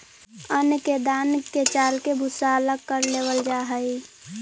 अन्न के दान के चालके भूसा अलग कर लेवल जा हइ